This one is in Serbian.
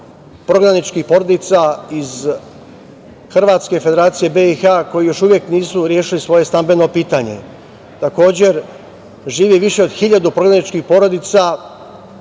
prognaničkih porodica iz Hrvatske i Federacije BiH koji još uvek nisu rešili svoje stambeno pitanje. Takođe, živi više od hiljadu prognaničkih porodica